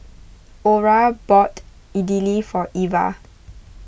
Orah bought Idili for Eva